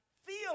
Feel